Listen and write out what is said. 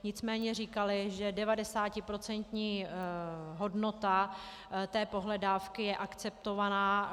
Nicméně říkali, že 90procentní hodnota té pohledávky je akceptovaná.